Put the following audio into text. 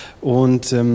und